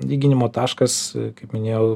lyginimo taškas kaip minėjau